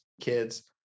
kids